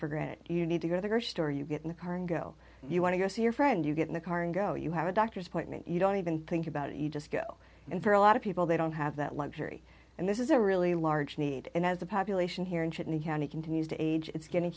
for granted you need to go to her store you get in the car and go you want to go see your friend you get in the car and go you have a doctor's appointment you don't even think about it you just go in for a lot of people they don't have that luxury and this is a really large need and as the population here in shouldn't count it continues to age it's go